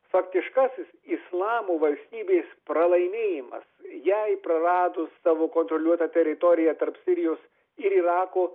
faktiškasis islamo valstybės pralaimėjimas jei praradus savo kontroliuotą teritoriją tarp sirijos ir irako